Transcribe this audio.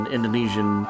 Indonesian